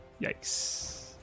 Yikes